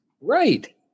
Right